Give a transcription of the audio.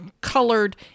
colored